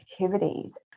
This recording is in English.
activities